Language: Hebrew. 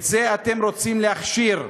את זה אתם רוצים להכשיר,